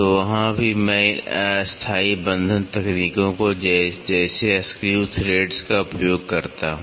तो वहाँ भी मैं इन अस्थायी बन्धन तकनीकों जैसे स्क्रू थ्रेड्स （screwthreads） का उपयोग करता हूँ